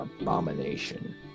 abomination